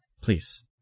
Please